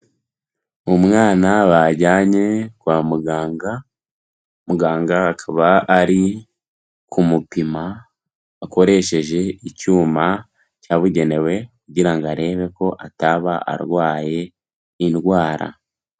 Umwana bajyanye kwa muganga, muganga akaba ari kumupima akoresheje icyuma cyabugenewe kugira arebe ko ataba arwaye indwara.